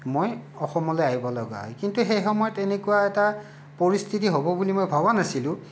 মই অসমলৈ আহিবলগীয়া হয় কিন্তু সেই সময়ত এনেকুৱা এটা পৰিস্থিতি হ'ব বুলি মই ভবা নাছিলোঁ